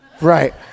Right